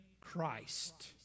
Christ